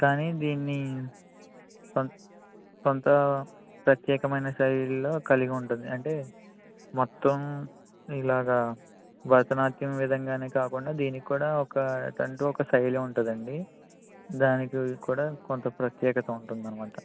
కాని దీన్ని కొంత ప్రత్యేకమైన శైలిలో కలిగి ఉంటుంది అంటే మొత్తం ఇలాగా భరత నాట్యం విధంగానే కాకుండా దీనికి కూడా ఒకటంటూ ఒక శైలి ఉంటుందండి దానికి కూడా కొంత ప్రత్యేకత ఉంటుందన్నమాట